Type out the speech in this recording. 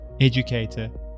educator